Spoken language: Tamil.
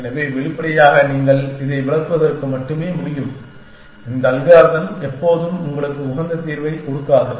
எனவே வெளிப்படையாக நீங்கள் இதை விளக்குவதற்கு மட்டுமே முடியும் இந்த அல்காரிதம் எப்போதும் உங்களுக்கு உகந்த தீர்வைக் கொடுக்காது